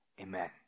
Amen